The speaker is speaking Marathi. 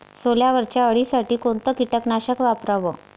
सोल्यावरच्या अळीसाठी कोनतं कीटकनाशक वापराव?